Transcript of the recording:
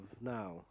now